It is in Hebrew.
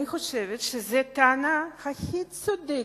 אני חושבת שזו הטענה הכי צודקת,